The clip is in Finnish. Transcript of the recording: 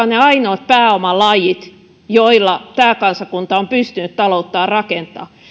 ne ainoat pääomalajit joilla tämä kansakunta on pystynyt talouttaan rakentamaan